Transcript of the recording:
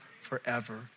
forever